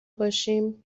باشیم